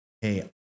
Hey